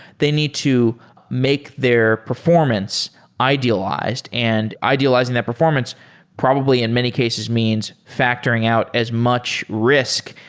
they need to make their performance idealized, and idealizing that performance probably in many cases means factoring out as much risk,